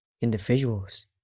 Individuals